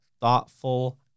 thoughtful